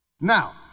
Now